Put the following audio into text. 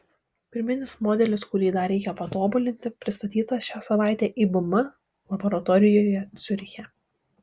pirminis modelis kurį dar reikia patobulinti pristatytas šią savaitę ibm laboratorijoje ciuriche